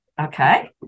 okay